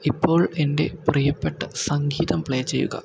ഇപ്പോൾ എന്റെ പ്രിയപ്പെട്ട സംഗീതം പ്ലേ ചെയ്യുക